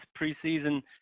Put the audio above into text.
preseason